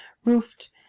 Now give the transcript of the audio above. roofed,